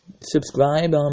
subscribe